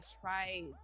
try